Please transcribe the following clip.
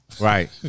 Right